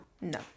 No